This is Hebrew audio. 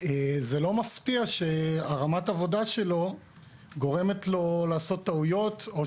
אין זה מפתיע שרמת העבודה שלו גורמת לו לעשות טעויות.